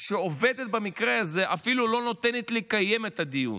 שעובדת במקרה הזה אפילו לא נותנת לקיים את הדיון.